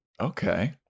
okay